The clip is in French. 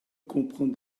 comprend